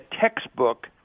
textbook